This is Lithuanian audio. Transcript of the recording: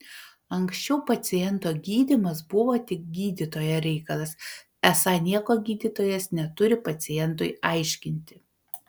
anksčiau paciento gydymas buvo tik gydytojo reikalas esą nieko gydytojas neturi pacientui aiškinti